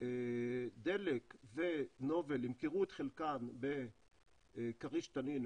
דלק ונובל ימכרו את חלקם בכריש תנין,